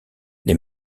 les